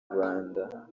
rwanda